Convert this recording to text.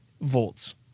volts